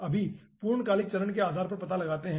तो हम अभी पूर्णकालिक चरण के आधार पर पता लगाते हैं